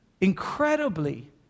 Incredibly